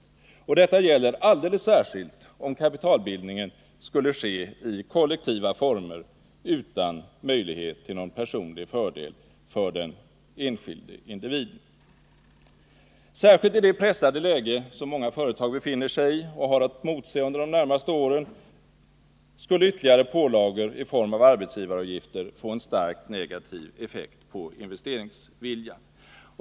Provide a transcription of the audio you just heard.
Detta gäller alldeles särskilt om kapitalbildningen skulle ske i kollektiva former utan möjlighet till någon personlig fördel för den enskilde individen. Särskilt i det pressade läge som många företag befinner sig i och har att motse under de närmaste åren skulle ytterligare pålagor i form av arbetsgivaravgifter få en starkt negativ effekt på investeringsviljan.